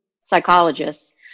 psychologists